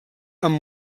amb